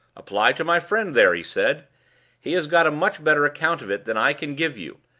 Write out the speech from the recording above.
apply to my friend, there, he said he has got a much better account of it than i can give you.